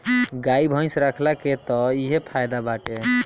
गाई भइस रखला के तअ इहे फायदा बाटे